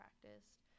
practiced